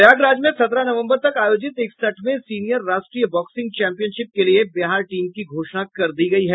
प्रयागराज में सत्रह नवम्बर तक आयोजित इकसठवें सीनियर राष्ट्रीय बॉक्सिंग चैम्पियनशिप के लिये बिहार टीम की घोषणा कर दी गयी है